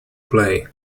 play